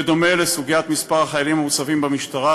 כמו סוגיית מספר החיילים המוצבים במשטרה,